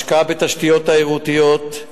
השקעה בתשתיות תיירותיות,